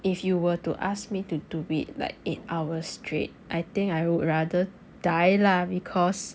if you were to ask me to do it like eight hours straight I think I would rather die lah because